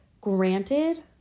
Granted